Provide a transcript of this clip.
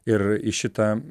ir į šitą